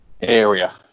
area